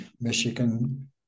Michigan